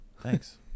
thanks